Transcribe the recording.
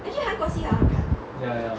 ya ya